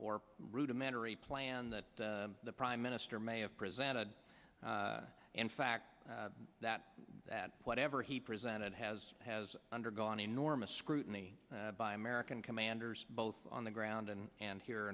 or rudimentary plan that the prime minister may have presented in fact that that whatever he presented has has undergone enormous scrutiny by american commanders both on the ground and and here